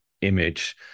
image